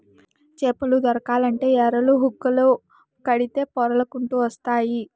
చేపలు దొరకాలంటే ఎరలు, హుక్కులు కడితే పొర్లకంటూ వస్తాయి